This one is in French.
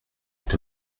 est